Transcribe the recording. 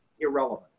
irrelevant